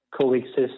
coexist